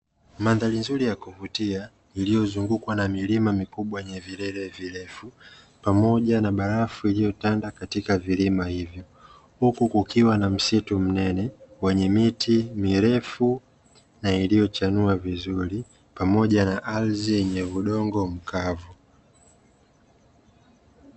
Mandhari nzuri ya kuvutia iliyozungukwa na milima mikubwa wenye vilele virefu pamoja na barafu iliyotanda katika vilima hivyo, huku kukiwa na msitu mnene wenye miti mirefu na iliyochanua vizuri pamoja na ardhi yenye udongo mkavu.